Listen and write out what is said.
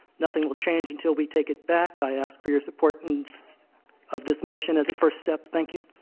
nothing will change until we take it back. i ask for your support and so of this motion as a first step, thank you.